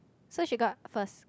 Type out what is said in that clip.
so she got first